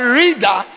reader